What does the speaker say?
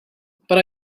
but